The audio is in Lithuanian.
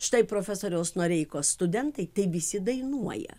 štai profesoriaus noreikos studentai tai visi dainuoja